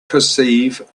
perceive